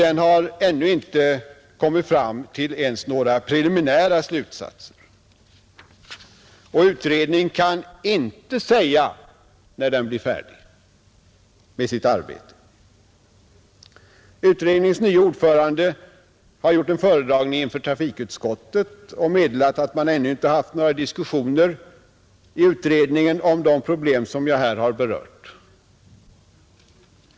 Den har ännu inte kommit fram till ens några preliminära slutsatser, och den kan inte säga när den blir färdig med sitt arbete. Utredningens nye ordförande har gjort en föredragning inför trafikutskottet och meddelat att man ännu inte haft några diskussioner i utredningen om de problem som jag här har berört.